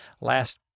last